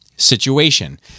situation